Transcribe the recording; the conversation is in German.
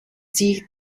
sich